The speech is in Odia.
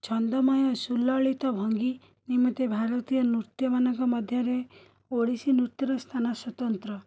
ଛନ୍ଦମୟ ସୁଲଳିତ ଭଙ୍ଗୀ ଯେମିତି ଭାରତୀୟ ନୃତ୍ୟମାନଙ୍କ ମଧ୍ୟରେ ଓଡ଼ିଶୀନୃତ୍ୟର ସ୍ଥାନ ସ୍ୱତନ୍ତ୍ର